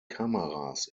kameras